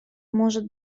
может